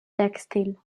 tèxtil